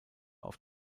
auf